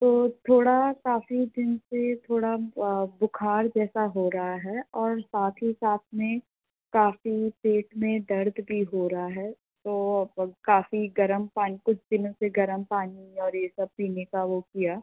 तो थोड़ा काफ़ी दिन से थोड़ा बुख़ार जैसा हो रहा है और साथ ही साथ में काफ़ी पेट में दर्द भी हो रहा है तो काफ़ी गर्म पानी कुछ दिनों से गर्म पानी और ये सब पीने का वो किया